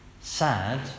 sad